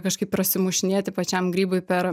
kažkaip prasimušinėti pačiam grybui per